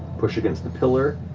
push against the pillar,